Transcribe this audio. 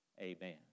amen